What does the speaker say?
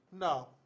No